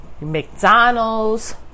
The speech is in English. mcdonald's